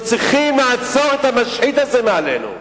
וצריך לעצור את המשחית הזה מעלינו.